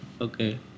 Okay